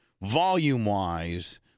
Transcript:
volume-wise